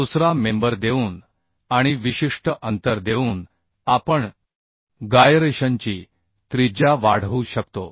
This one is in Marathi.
दुसरा मेंबर देऊन आणि विशिष्ट अंतर देऊन आपण गायरेशनची त्रिज्या वाढवू शकतो